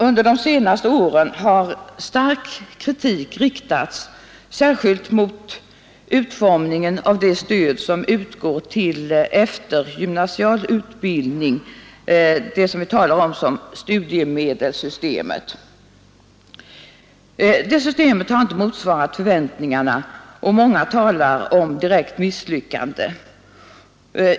Under de senaste åren har stark kritik riktats särskilt mot utformningen av det stöd som utgår vid eftergymnasial utbildning — det som kallas studiemedelssystemet. Studiemedelssystemet har inte motsvarat förväntningarna, och många talar om misslyckande.